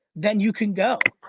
then you can go.